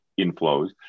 inflows